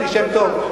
יש לי שם טוב.